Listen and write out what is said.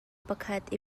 pakhat